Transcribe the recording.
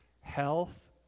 health